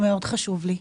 זה מאוד חשוב לי.